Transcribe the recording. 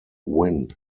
win